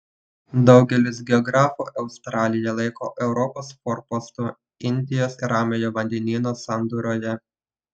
daugelis geografų australiją laiko europos forpostu indijos ir ramiojo vandenynų sandūroje